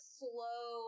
slow